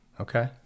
okay